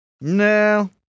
No